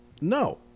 No